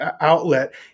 outlet